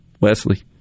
Wesley